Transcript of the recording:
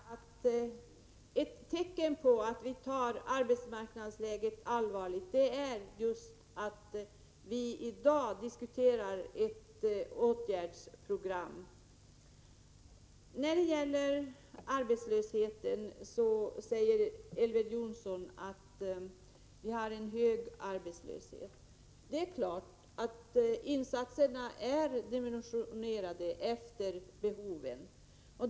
Herr talman! Ett tecken på att vi tar arbetsmarknadsläget på allvar är just att vi i dag diskuterar ett åtgärdsprogram. Elver Jonsson säger att vi har en hög arbetslöshet. Det är klart att insatserna är dimensionerade efter behoven.